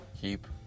Keep